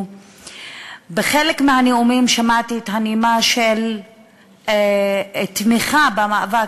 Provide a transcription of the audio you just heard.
בחלק מהנאומים שמעתי את הנימה של תמיכה במאבק